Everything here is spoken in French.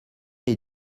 est